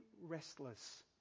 restless